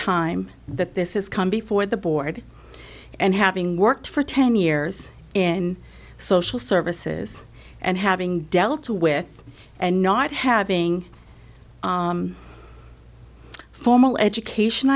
time that this is come before the board and having worked for ten years in social services and having dealt to with and not having formal education